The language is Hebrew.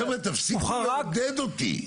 חבר'ה תפסיקו לעודד אותי.